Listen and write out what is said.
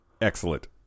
excellent